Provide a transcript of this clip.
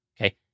Okay